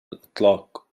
الإطلاق